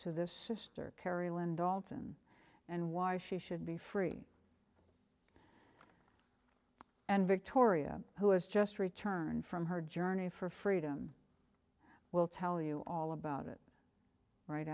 to this sister carolyn dalton and why she should be free and victoria who has just returned from her journey for freedom we'll tell you all about it right